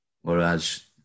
Whereas